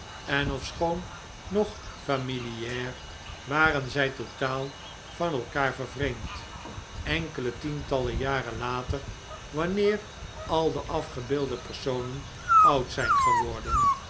en ofschoon nog familiaar waren zij totaal van elkaar vervreemd enkele tientallen jaren later wanneer al de afgebeelde personen oud zijn geworden